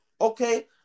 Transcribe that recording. Okay